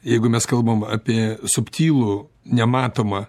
jeigu mes kalbame apie subtilų nematomą